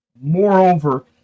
Moreover